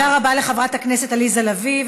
תודה רבה לחברת הכנסת עליזה לביא.